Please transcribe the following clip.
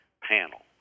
panel